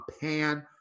Pan